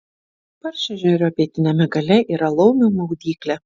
paršežerio pietiniame gale yra laumių maudyklė